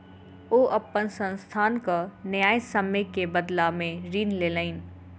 ओ अपन संस्थानक न्यायसम्य के बदला में ऋण लेलैन